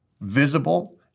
visible